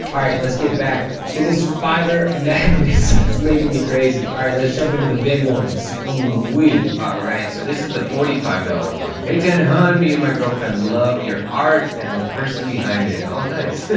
alright, let's get back to this fiverr madness. this is making me crazy. alright, let's jump into the big ones. alright, so this is the forty-five dollar one. hey ten hun, me and my girlfriend love your art and the person behind it. oh nice.